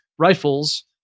rifles